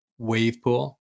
Wavepool